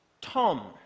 Tom